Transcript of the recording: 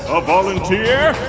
a volunteer?